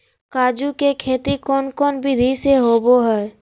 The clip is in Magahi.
काजू के खेती कौन कौन विधि से होबो हय?